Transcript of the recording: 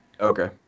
Okay